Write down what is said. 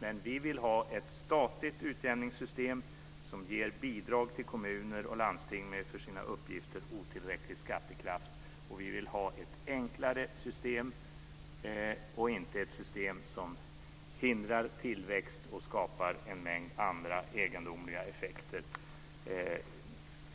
Men vi vill ha ett statligt utjämningssystem som ger bidrag till kommuner och landsting med för sina uppgifter otillräcklig skattekraft, och vi vill ha ett enklare system och inte ett system som hindrar tillväxt och skapar en mängd andra egendomliga effekter för